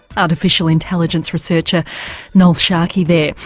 artificial intelligence researcher noel sharkey there.